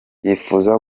yifuza